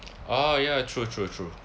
oh ya true true true